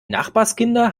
nachbarskinder